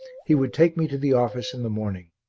he would take me to the office in the morning.